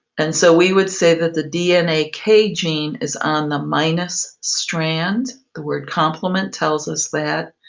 and so we would say that the dna k gene is um the minus strand. the word complement tells us that.